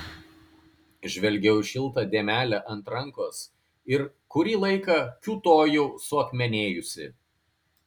žvelgiau į šiltą dėmelę ant rankos ir kurį laiką kiūtojau suakmenėjusi